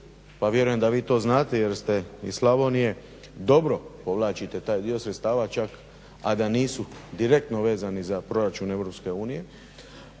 pa vjerujem da vi to znate jer ste iz Slavonije dobro povlačite taj dio sredstava, čak a da nisu direktno vezani za proračun EU.